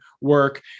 work